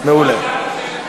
מעולה.